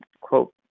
quote